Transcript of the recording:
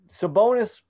Sabonis